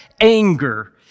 anger